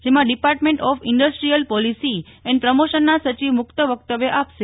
જેમાં department of industrial policy and પ્રમોશનના સચિવ મુખ્ય વક્તવ્ય આપશે